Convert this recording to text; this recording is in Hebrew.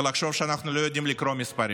ולחשוב שאנחנו לא יודעים לקרוא מספרים.